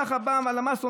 כך בא הלמ"ס ואומר: